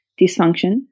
dysfunction